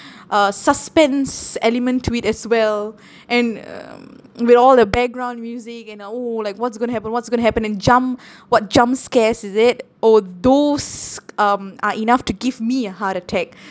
uh suspense element to it as well and um with all the background music and like !woo! like what's going to happen what's going to happen and jump what jump scares is it oh those um are enough to give me a heart attack